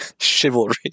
Chivalry